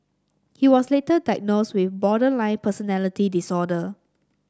he was later diagnosed with borderline personality disorder